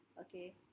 okay